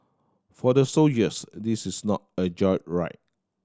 for the soldiers this is not a joyride